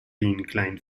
inclined